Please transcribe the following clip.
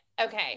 Okay